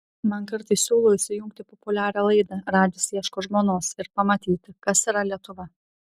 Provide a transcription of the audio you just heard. man kartais siūlo įsijungti populiarią laidą radžis ieško žmonos ir pamatyti kas yra lietuva